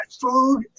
Food